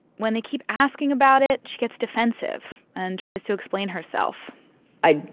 when they keep asking about it, she gets defensive and tries to explain herself i.